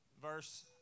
Verse